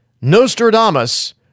nostradamus